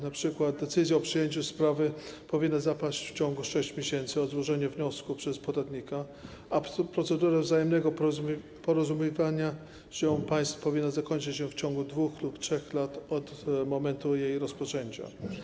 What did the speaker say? Na przykład decyzja o przyjęciu sprawy powinna zapaść w ciągu 6 miesięcy od złożenia wniosku przez podatnika, a procedura wzajemnego porozumiewania się państw powinna zakończyć się w ciągu 2 lub 3 lat od momentu jej rozpoczęcia.